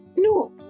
No